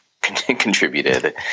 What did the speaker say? Contributed